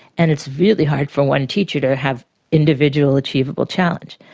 and it's really hard for one teacher to have individual achievable challenge.